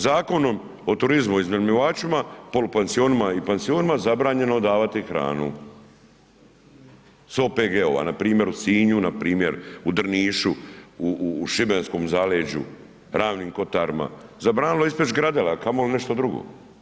Zakonom o turizmu iznajmljivačima polupansionima i pansionima zabranjeno davati hranu s OPG-ova npr. u Sinju, npr. u Drnišu u šibenskom zaleđu, ravnim kotarima, zabranilo ispred …/nerazumljivo/… a kamoli nešto drugo.